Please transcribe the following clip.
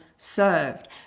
served